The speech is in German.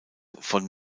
von